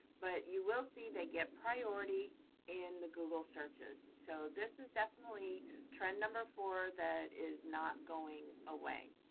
but you will see they get priority in the google searches. so this is definitely trend number four that is not going away.